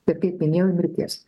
ir kaip minėjau mirties